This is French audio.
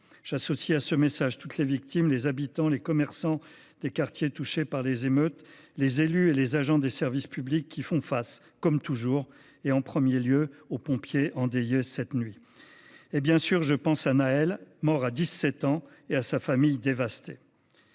J’associe à ce message toutes les victimes, les habitants et les commerçants des quartiers touchés par les émeutes, ainsi que les élus et agents des services publics qui font face, comme toujours, avec en premier lieu les pompiers endeuillés cette nuit. Et bien sûr, je pense à Nahel, mort à 17 ans, et à sa famille dévastée.